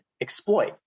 exploit